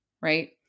right